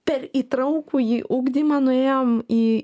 per įtraukųjį ugdymą nuėjom į